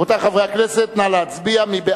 רבותי חברי הכנסת, נא להצביע.